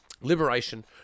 liberation